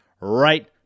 right